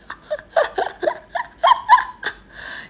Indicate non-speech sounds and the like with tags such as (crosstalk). (laughs)